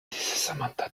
samantha